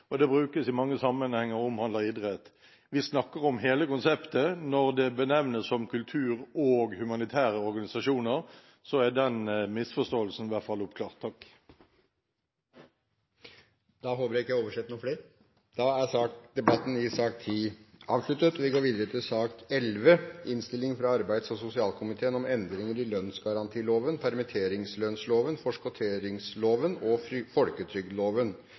kulturbegrep. Det brukes som navn på komiteen og omhandler idrett, og det brukes i mange sammenhenger og omhandler idrett. Vi snakker om hele konseptet når det benevnes som «kultur og humanitære organisasjoner». Så er i hvert fall den misforståelsen oppklart. Da er debatten i sak nr. 10 avsluttet. Eneste taler og 30 minutter å boltre meg på – det hadde jeg aldri drømt om